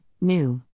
New